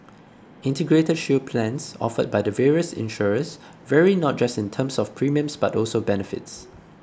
Integrated Shield plans offered by the various insurers vary not just in terms of premiums but also benefits